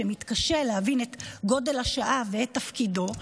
שמתקשה להבין את גודל השעה ואת תפקידו,